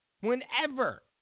whenever